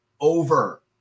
over